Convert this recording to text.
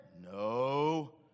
No